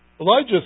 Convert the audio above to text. Elijah